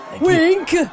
Wink